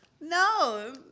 No